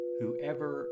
whoever